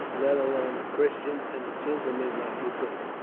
let alone a christian and a gintleman like yourself.